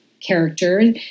character